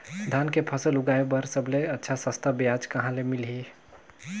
धान के फसल उगाई बार सबले अच्छा सस्ता ब्याज कहा ले मिलही?